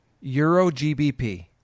Euro-GBP